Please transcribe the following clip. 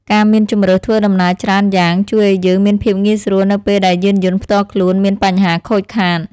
ការមានជម្រើសធ្វើដំណើរច្រើនយ៉ាងជួយឱ្យយើងមានភាពងាយស្រួលនៅពេលដែលយានយន្តផ្ទាល់ខ្លួនមានបញ្ហាខូចខាត។